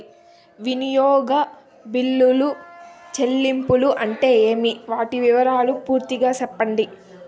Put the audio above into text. వినియోగ బిల్లుల చెల్లింపులు అంటే ఏమి? వాటి వివరాలు పూర్తిగా సెప్పండి?